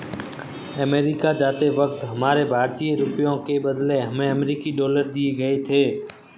America जाते वक्त हमारे भारतीय रुपयों के बदले हमें अमरीकी डॉलर दिए गए थे